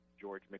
George